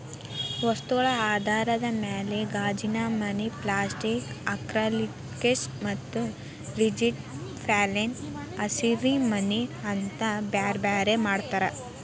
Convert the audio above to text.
ವಸ್ತುಗಳ ಆಧಾರದ ಮ್ಯಾಲೆ ಗಾಜಿನಮನಿ, ಪ್ಲಾಸ್ಟಿಕ್ ಆಕ್ರಲಿಕ್ಶೇಟ್ ಮತ್ತ ರಿಜಿಡ್ ಪ್ಯಾನೆಲ್ ಹಸಿರಿಮನಿ ಅಂತ ಬ್ಯಾರ್ಬ್ಯಾರೇ ಮಾಡ್ತಾರ